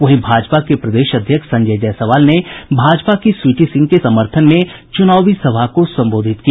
वहीं भाजपा के प्रदेश अध्यक्ष संजय जायसवाल ने भाजपा की स्वीटी सिंह के समर्थन में चुनावी सभा को संबोधित किया